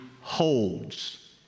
holds